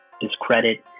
discredit